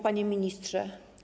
Panie Ministrze!